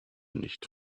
nicht